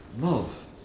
love